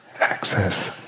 access